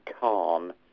Khan